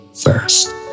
first